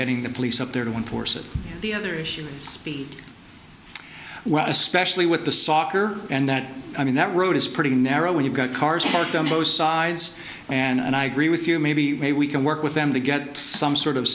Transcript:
getting the police up there to enforce it the other issue speak well especially with the soccer and that i mean that road is pretty narrow when you've got cars parked on both sides and i agree with you maybe we can work with them to get some sort of